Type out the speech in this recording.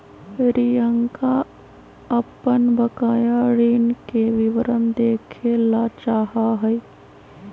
रियंका अपन बकाया ऋण के विवरण देखे ला चाहा हई